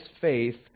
faith